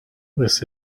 this